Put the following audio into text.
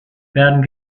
werden